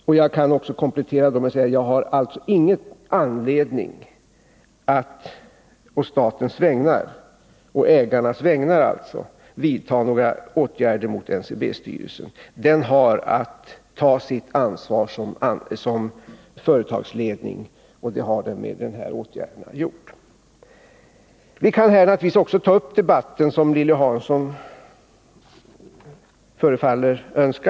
Och jag kan komplettera detta med att säga att jag inte har någon anledning att på statens vägnar, alltså på ägarnas vägnar, vidta några åtgärder möt NCB-styrelsen. Den har att ta sitt ansvar som företagsledning, och det har den gjort med de här åtgärderna. Vi kan naturligtvis också ta upp den debatt som Lilly Hansson förefaller önska.